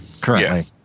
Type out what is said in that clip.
Currently